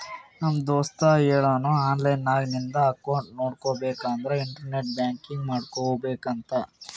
ನಮ್ ದೋಸ್ತ ಹೇಳುನ್ ಆನ್ಲೈನ್ ನಾಗ್ ನಿಂದ್ ಅಕೌಂಟ್ ನೋಡ್ಬೇಕ ಅಂದುರ್ ಇಂಟರ್ನೆಟ್ ಬ್ಯಾಂಕಿಂಗ್ ಮಾಡ್ಕೋಬೇಕ ಅಂತ್